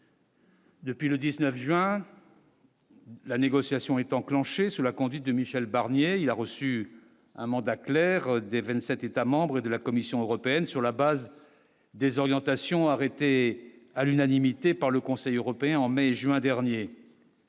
Depuis le 19 juin la négociation est enclenchée, sous la conduite de Michel Barnier, il a reçu un mandat clair des 27 États membres de la Commission européenne sur la base des orientations arrêtées à l'unanimité par le Conseil européen en mai juin dernier.